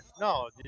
no